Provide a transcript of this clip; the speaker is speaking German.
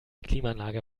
klimaanlage